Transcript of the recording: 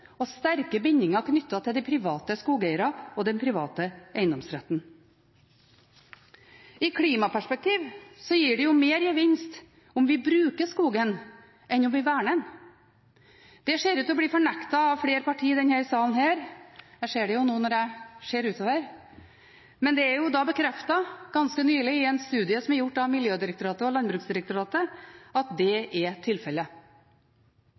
og sterke bindinger knyttet til private skogeiere og den private eiendomsretten. I et klimaperspektiv gir det mer gevinst om vi bruker skogen enn om vi verner den. Det ser ut til å bli fornektet av flere partier i denne salen ‒ jeg ser det nå når jeg ser utover – men det er bekreftet ganske nylig i en studie som er gjort av Miljødirektoratet og Landbruksdirektoratet, at det er tilfellet.